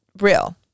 real